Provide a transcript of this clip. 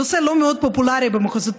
נושא לא מאוד פופולרי במחוזותינו,